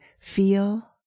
feel